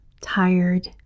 tired